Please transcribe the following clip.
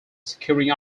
securing